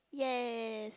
yes